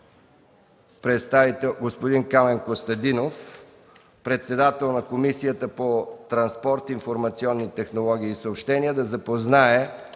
Ще помоля господин Камен Костадинов – председател на Комисията по транспорт, информационни технологии и съобщения, да запознае